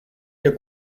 der